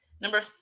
number